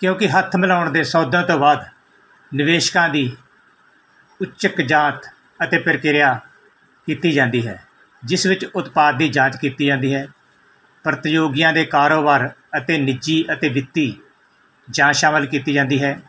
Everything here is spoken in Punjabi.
ਕਿਉਂਕਿ ਹੱਥ ਮਿਲਾਉਣ ਦੇ ਸੌਦਿਆਂ ਤੋਂ ਬਾਅਦ ਨਿਵੇਸ਼ਕਾਂ ਦੀ ਉਚਿਤ ਜਾਂਚ ਅਤੇ ਪ੍ਰਕਿਰਿਆ ਕੀਤੀ ਜਾਂਦੀ ਹੈ ਜਿਸ ਵਿੱਚ ਉਤਪਾਦ ਦੀ ਜਾਂਚ ਕੀਤੀ ਜਾਂਦੀ ਹੈ ਪ੍ਰਤੀਯੋਗੀਆਂ ਦੇ ਕਾਰੋਬਾਰ ਅਤੇ ਨਿੱਜੀ ਅਤੇ ਵਿੱਤੀ ਜਾਂਚ ਸ਼ਾਮਿਲ ਕੀਤੀ ਜਾਂਦੀ ਹੈ